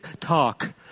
talk